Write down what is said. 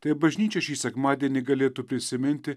tai bažnyčia šį sekmadienį galėtų prisiminti